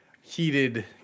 heated